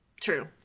True